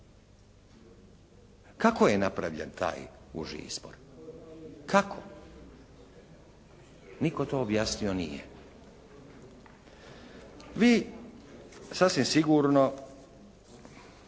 Kako je napravljen taj uži izbor? Kako? Nitko to objasnio nije. Vi, sasvim sigurno